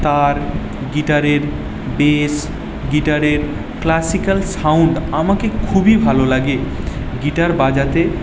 তার গিটারের বেস গিটারের ক্লাসিকাল সাউন্ড আমাকে খুবই ভালো লাগে গিটার বাজাতে